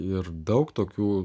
ir daug tokių